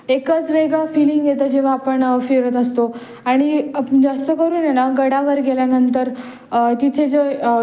एकच वेगळा फीलिंग येतं जेव्हा आपण फिरत असतो आणि जास्तकरून आहे ना गडावर गेल्यानंतर तिथे जो